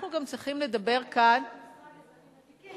אנחנו גם צריכים לדבר כאן זה הדגש של המשרד לאזרחים ותיקים,